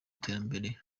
iterambere